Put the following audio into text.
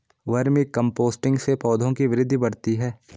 vermi composting से पौधों की वृद्धि बढ़ती है